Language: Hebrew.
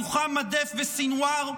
מוחמד דף וסנוואר?